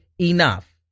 enough